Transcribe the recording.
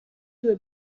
due